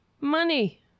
Money